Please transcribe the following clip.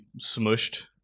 smushed